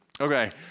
Okay